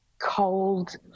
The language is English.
cold